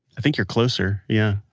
i think you're closer. yeah.